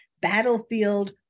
battlefield